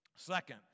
Second